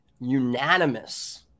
unanimous